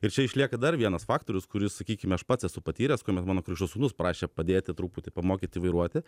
ir čia išlieka dar vienas faktorius kuris sakykime aš pats esu patyręs kuomet mano krikšto sūnus prašė padėti truputį pamokyti vairuoti